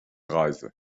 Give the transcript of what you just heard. reise